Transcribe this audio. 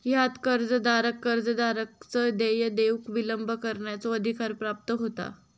ह्यात कर्जदाराक कर्जदाराकच देय देऊक विलंब करण्याचो अधिकार प्राप्त होता